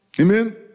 Amen